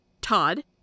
Todd